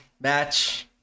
match